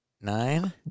Nine